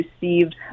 received